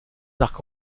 arcs